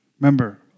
Remember